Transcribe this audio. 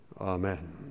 Amen